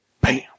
Bam